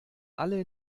alle